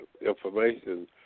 information